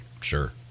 Sure